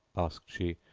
asked she,